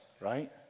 right